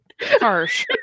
Harsh